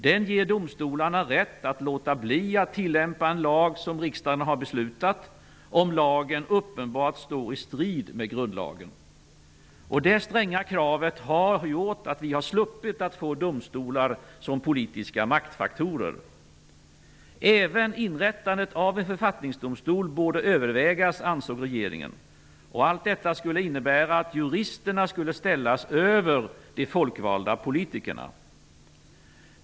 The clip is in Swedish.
Den ger domstolarna rätt att låta bli att tillämpa en lag som riksdagen har beslutat om, om lagen uppenbart står i strid med grundlagen. Det stränga kravet har gjort att vi har sluppit att få domstolar som politiska maktfaktorer. Även inrättandet av en författningsdomstol borde övervägas, ansåg regeringen. Allt detta skulle innebära att juristerna skulle ställas över de folkvalda politikerna.